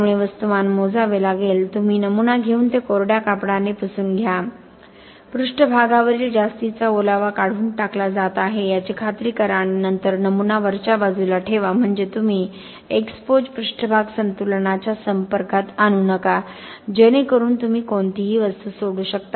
त्यामुळे वस्तुमान मोजावे लागेल तुम्ही नमुना घेऊन ते कोरड्या कापडाने पुसून घ्या पृष्ठभागावरील जास्तीचा ओलावा काढून टाकला जात आहे याची खात्री करा आणि नंतर नमुना वरच्या बाजूला ठेवा म्हणजे तुम्ही एक्सपोज पृष्ठभाग संतुलनाच्या संपर्कात आणू नका जेणेकरून तुम्ही कोणतीही वस्तू सोडू शकता